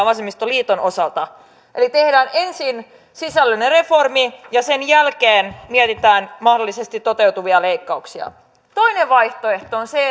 vasemmistoliiton osalta eli tehdään ensin sisällöllinen reformi ja sen jälkeen mietitään mahdollisesti toteutuvia leikkauksia toinen vaihtoehto on se